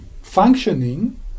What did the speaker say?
functioning